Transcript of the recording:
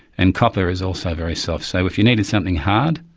and copper is also very soft. so if you needed something hard,